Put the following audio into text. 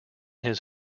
his